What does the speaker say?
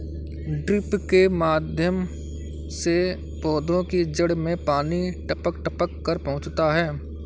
drip के माध्यम से पौधे की जड़ में पानी टपक टपक कर पहुँचता है